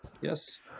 Yes